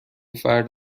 فرد